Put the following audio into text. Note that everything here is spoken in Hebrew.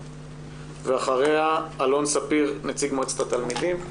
אחריה אלון ספיר, נציג מועצת התלמידים.